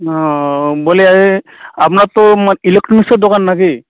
ও বলি এই আপনার তো মা ইলেকট্রনিক্সের দোকান না কি